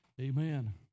amen